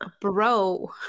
Bro